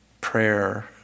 prayer